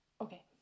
Okay